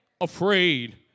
afraid